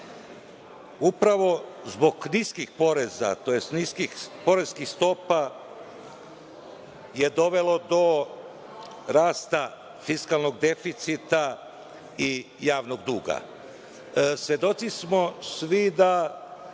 upravo zbog niskih poreza, tj. niskih poreskih stopa, je dovelo do rasta fiskalnog deficita i javnog duga. Svedoci smo svi, na